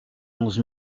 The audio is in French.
onze